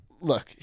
Look